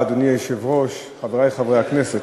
אדוני היושב-ראש, תודה רבה, חברי חברי הכנסת,